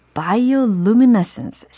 bioluminescence